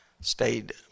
stayed